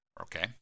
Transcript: okay